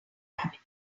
rabbit